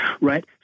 right